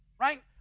right